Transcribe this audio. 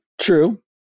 True